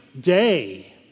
Day